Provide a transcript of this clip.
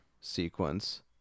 sequence